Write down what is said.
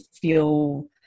feel